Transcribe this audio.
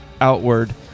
outward